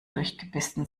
durchgebissen